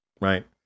right